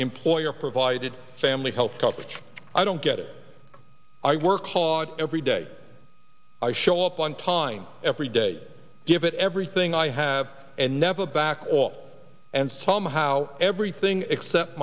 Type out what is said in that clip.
employer provided family health coverage i don't get it i work hard every day i show up on time every day give it everything i have and never back at all and somehow everything except